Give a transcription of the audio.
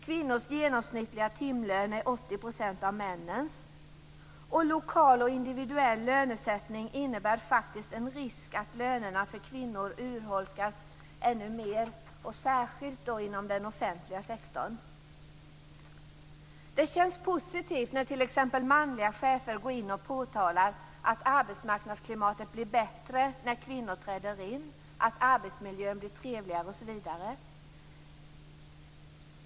Kvinnors genomsnittliga timlön är 80 % av männens. Lokal och individuell lönesättning innebär faktiskt en risk att kvinnornas löner urholkas ännu mer, särskilt inom den offentliga sektorn. Det känns positivt när t.ex. manliga chefer går in och påtalar att arbetsmarknadsklimatet blir bättre när kvinnor träder in, att arbetsmiljön blir trevligare osv.